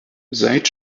seit